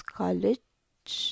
college